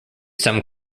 some